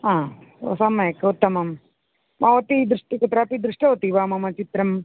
हा सम्यक् उत्तमं भवती दृष्टं कुत्रापि दृष्टवती वा मम चित्रम्